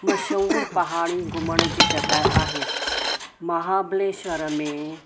मशहूरु पहाड़ी घुमणु जी जॻहि आहे महाब्लेश्वर में